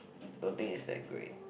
don't think is that great